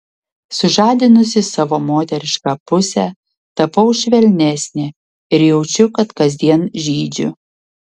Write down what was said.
sužadinusi savo moterišką pusę tapau švelnesnė ir jaučiu kad kasdien žydžiu